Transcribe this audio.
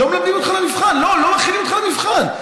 לא מכינים אותך למבחן.